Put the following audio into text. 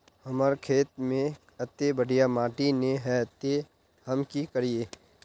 हमर खेत में अत्ते बढ़िया माटी ने है ते हम की करिए?